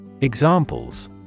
Examples